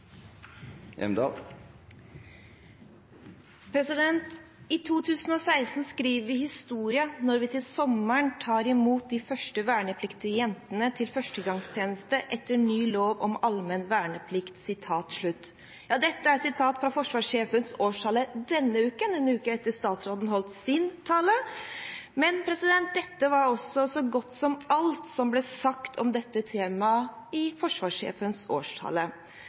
2016 skriver vi historie når vi til sommeren tar imot de første vernepliktige jentene til førstegangstjeneste etter ny lov om allmenn verneplikt.» Dette er et sitat fra forsvarssjefens årstale denne uken, en uke etter at statsråden holdt sin tale. Men dette var også så godt som alt som ble sagt om dette temaet i forsvarssjefens årstale.